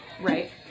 Right